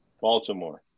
Baltimore